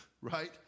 right